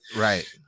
Right